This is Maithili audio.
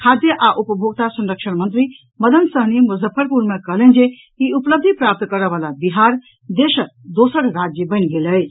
खाद्य आ उपभोक्ता संरक्षण मंत्री मदन सहनी मुजफ्फरपुर मे कहलनि जे ई उपलब्धि प्राप्त करऽ वला बिहार देशक दोसर राज्य बनि गेल अछि